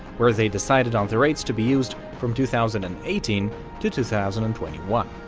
where they decided on the rates to be used from two thousand and eighteen to two thousand and twenty one.